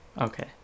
Okay